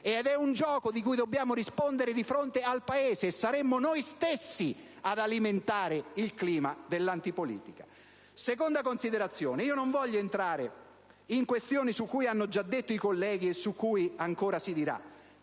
È un gioco di cui dovremmo rispondere di fronte al Paese, e saremmo noi stessi ad alimentare il clima dell'antipolitica. Passo alla seconda considerazione. Non voglio entrare in questioni su cui hanno già parlato i colleghi e su cui ancora si dirà: